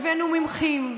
הבאנו מומחים,